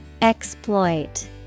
Exploit